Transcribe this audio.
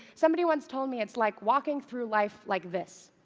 somebody once told me it's like walking through life like this.